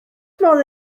modd